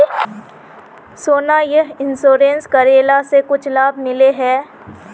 सोना यह इंश्योरेंस करेला से कुछ लाभ मिले है?